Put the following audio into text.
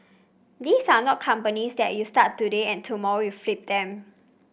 these are not companies that you start today and tomorrow you flip them